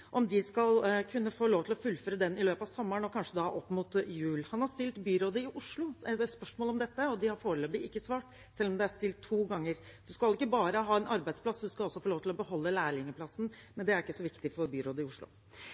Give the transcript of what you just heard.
skal kunne få lov til å fullføre den i løpet av sommeren og kanskje fram mot jul. Han har stilt byrådet i Oslo spørsmål om dette, og de har foreløpig ikke svart, selv om det er stilt to ganger. Man skal ikke bare ha en arbeidsplass, man skal også få lov til å beholde lærlingplassen, men det er ikke så viktig for byrådet i Oslo.